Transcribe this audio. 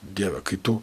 dieve kai tu